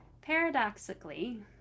Paradoxically